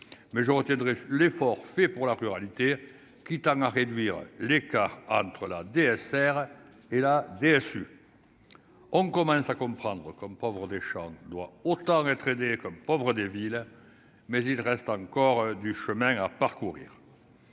mais je retiendrai l'effort fait pour la pluralité qui tend à réduire l'écart entre la DSR et la DSU, on commence à comprendre comme des champs doit autant être comme pauvres des villes, mais il reste encore du chemin à parcourir,